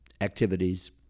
activities